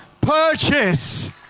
purchase